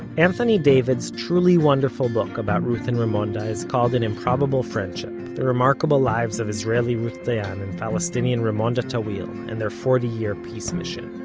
anthony david's truly wonderful book about ruth and raymonda is called an improbable friendship the remarkable lives of israeli ruth dayan and palestinian raymonda tawil and their forty-year peace mission.